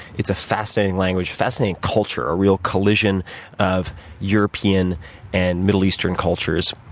it's a fascinating language, fascinating culture, a real collision of european and middle easter and cultures.